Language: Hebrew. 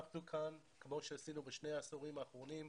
כמו שעשינו בשני העשורים האחרונים,